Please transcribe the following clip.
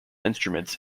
instruments